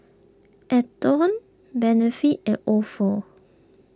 Atherton Benefit and Ofo